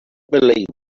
believe